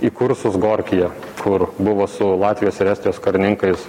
į kursus gorkyje kur buvo su latvijos ir estijos karininkais